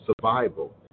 survival